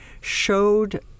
showed